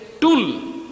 tool